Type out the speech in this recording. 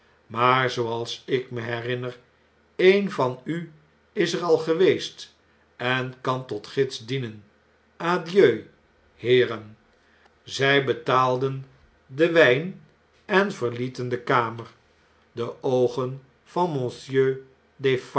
maar zooals ik me herinner een van u is er al geweest en kan tot gids dienen adieu heeren zij betaalden den wjjn en verlieten de kamer de oogen van